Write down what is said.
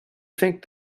think